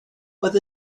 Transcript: oedd